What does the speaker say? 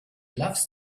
loves